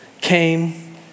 came